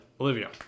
olivia